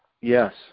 Yes